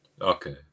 Okay